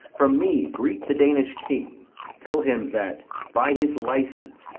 from me greet the danish king tell him that, by his license,